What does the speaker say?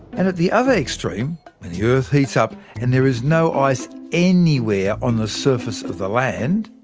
and at the other extreme, when the earth heats up and there is no ice anywhere on the surface of the land,